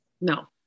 No